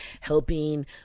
helping